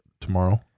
tomorrow